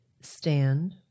stand